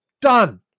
Done